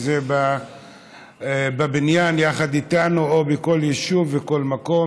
אם זה בבניין יחד איתנו ואם בכל יישוב ובכל מקום.